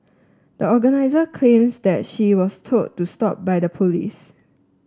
the organiser claims that she was told to stop by the police